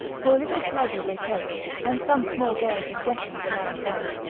for a little pleasure they take, and some small gains and gettings now and then,